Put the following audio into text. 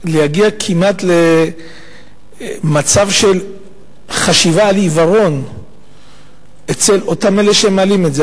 להגיע כמעט למצב של חשיבה על עיוורון אצל אותם אלה שמעלים את זה.